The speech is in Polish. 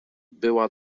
była